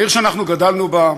העיר שאנחנו גדלנו בה.